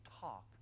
talk